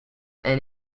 and